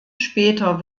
später